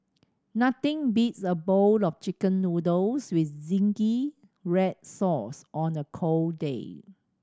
nothing beats a bowl of Chicken Noodles with zingy red sauce on a cold day